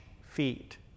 feet